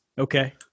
Okay